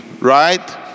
right